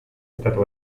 estatu